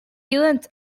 and